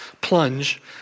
plunge